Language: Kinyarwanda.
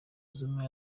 zuma